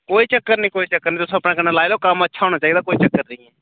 कोई चक्कर निं कोई चक्कर निं तुस अपने कन्नै लाई लैओ कम्म अच्छा होना चाहिदा कोई चक्कर निं ऐ